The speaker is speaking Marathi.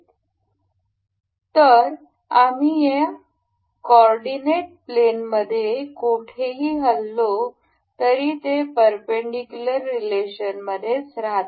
स्तर आम्ही या कॉर्डीनेट प्लेन मध्ये कोठेही हललो तरी ते परपेंडिकुलर रिलेशन मध्येच राहतील